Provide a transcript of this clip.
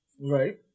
Right